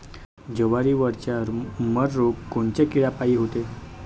जवारीवरचा मर रोग कोनच्या किड्यापायी होते?